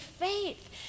faith